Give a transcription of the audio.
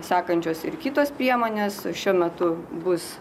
sekančios ir kitos priemonės šiuo metu bus